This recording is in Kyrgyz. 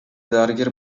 дарыгер